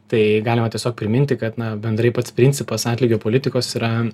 tai galima tiesiog priminti kad na bendrai pats principas atlygio politikos yra